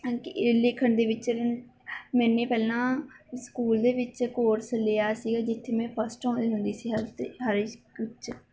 ਕਿ ਲਿਖਣ ਦੇ ਵਿੱਚ ਮੈਂ ਪਹਿਲਾਂ ਸਕੂਲ ਦੇ ਵਿੱਚ ਕੋਰਸ ਲਿਆ ਸੀਗਾ ਜਿੱਥੇ ਮੈਂ ਫਸਟ ਆਉਂਦੀ ਹੁੰਦੀ ਸੀ ਹਰ ਅਤੇ ਹਰੇਕ 'ਚ